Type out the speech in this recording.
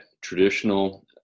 traditional